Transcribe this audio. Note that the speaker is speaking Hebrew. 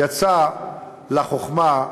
יצא לחוכמה,